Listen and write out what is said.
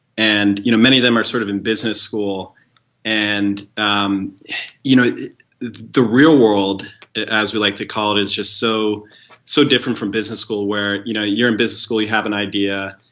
and you know many of them are sort of in business school and um you know the real world as we like to call it is just so so different from business school where you know you're in business school, you have an idea,